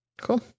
Cool